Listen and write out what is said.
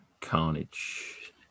Carnage